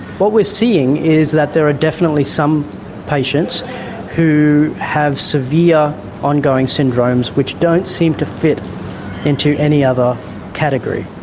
what we are seeing is that there are definitely some patients who have severe ongoing syndromes which don't seem to fit into any other category.